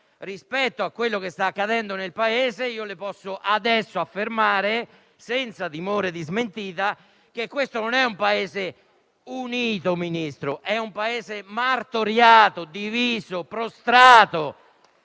rispetto a quanto sta accadendo nel Paese, le posso affermare adesso, senza timore di smentita, che questo non è un Paese unito; è un Paese martoriato, diviso e prostrato